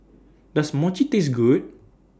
Does Mochi Taste Good